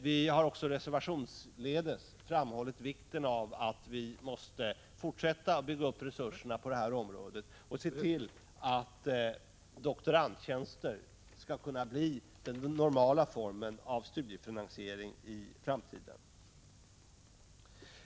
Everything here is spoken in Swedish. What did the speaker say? Vi har reservationsledes också framhållit vikten av att fortsätta att bygga upp resurserna på det här området och att se till att doktorandtjänster skall kunna bli den normala formen för studiefinansiering i framtiden.